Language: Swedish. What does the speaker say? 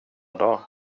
dag